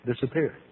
disappear